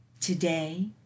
Today